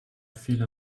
feel